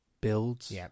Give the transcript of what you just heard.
builds